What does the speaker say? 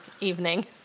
evening